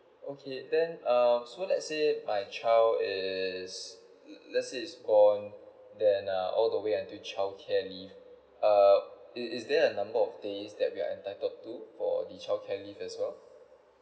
okay then um so let's say my child is le~ let's say is born then ah all the way until child care leave err is is there a number of days that we are entitled to for the child care leave as well